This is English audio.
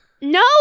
No